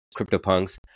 CryptoPunks